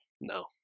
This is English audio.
No